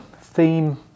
theme